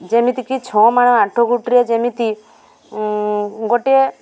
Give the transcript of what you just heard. ଯେମିତିକି ଛଅମାଣ ଆଠଗୁଣ୍ଠରେ ଯେମିତି ଗୋଟିଏ